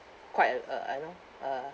quite a I know a